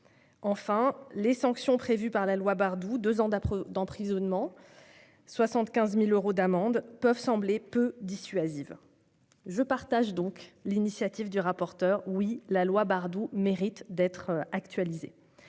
Enfin, les sanctions prévues par la loi Bardoux- deux ans d'emprisonnement, 75 000 euros d'amende -peuvent sembler peu dissuasives. Je partage donc l'avis du rapporteur : oui, la loi Bardoux mérite d'être actualisée.